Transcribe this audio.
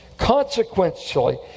Consequently